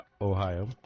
Ohio